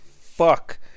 fuck